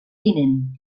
tinent